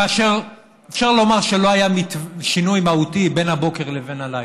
כאשר אפשר לומר שלא היה שינוי מהותי מהבוקר עד הלילה.